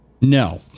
No